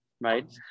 Right